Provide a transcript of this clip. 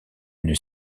une